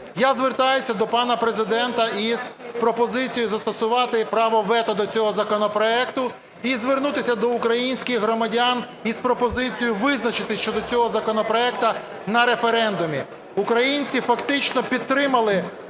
я звертаюся до пана Президента із пропозицією застосувати право вето до цього законопроекту. І звернутися до українських громадян із пропозицією визначитись щодо цього законопроекту на референдумі. Українці фактично підтримали